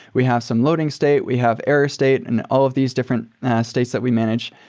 we have some loading state. we have error state and all of these different states that we manage.